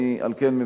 על כן,